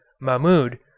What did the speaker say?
Mahmud